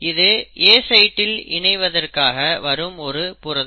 இது A சைட்டில் இணைவதற்காக வரும் ஒரு புரதம்